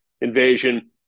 invasion